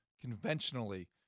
conventionally